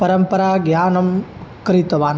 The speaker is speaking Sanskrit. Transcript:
परम्परा ज्ञानं कृतवान्